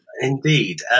Indeed